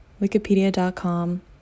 Wikipedia.com